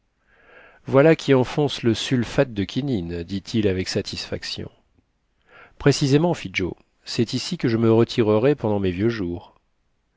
voilà qui enfonce le sulfate de quinine dit-il avec satisfaction précisément fit joe c'est ici que je me retirerai pendant mes vieux jours